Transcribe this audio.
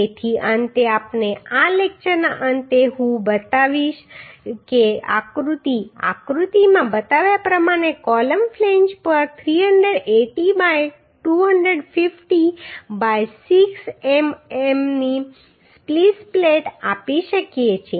તેથી અંતે આપણે આ લેક્ચરના અંતે હું બતાવીશ તે આકૃતિ આકૃતિમાં બતાવ્યા પ્રમાણે કોલમ ફ્લેંજ પર 380 બાય 250 બાય 6 એમએમની સ્પ્લિસ પ્લેટ આપી શકીએ છીએ